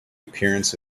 appearance